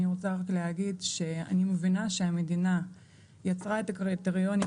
אני רוצה רק להגיד שאני מבינה שהמדינה יצרה את הקריטריונים